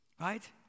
Right